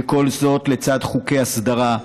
וכל זאת לצד חוקי הסדרה,